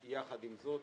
ויחד עם זאת